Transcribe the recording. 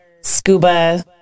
scuba